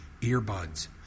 earbuds